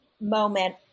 moment